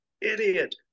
Idiot